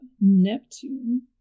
neptune